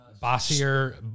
Bossier